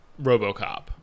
RoboCop